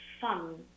fun